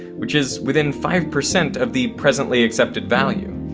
which is within five percent of the presently accepted value.